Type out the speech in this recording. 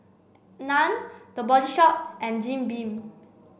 Nan The Body Shop and Jim Beam